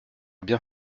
bien